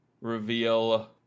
reveal